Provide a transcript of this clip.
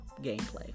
gameplay